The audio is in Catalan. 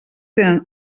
tenen